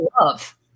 love